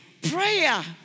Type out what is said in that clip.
Prayer